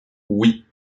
oui